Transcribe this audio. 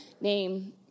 name